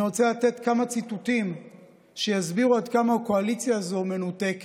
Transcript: אני רוצה לתת כמה ציטוטים שיסבירו עד כמה הקואליציה הזאת מנותקת,